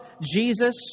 Jesus